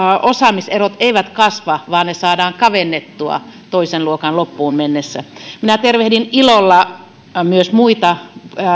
osaamiserot eivät kasva vaan ne saadaan kavennettua toisen luokan loppuun mennessä minä tervehdin ilolla myös muita